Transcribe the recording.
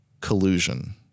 collusion